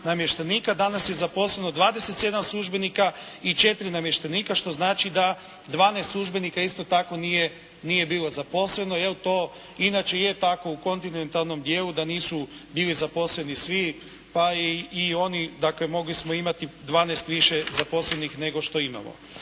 Danas je zaposleno 27 službenika i 4 namještenika, što znači da 12 službenika isto tako nije bilo zaposleno, jer to inače je tako u kontinentalnom dijelu da nisu bili zaposleni svi, pa i oni. Dakle, mogli smo imati 12 više zaposlenih nego što imamo.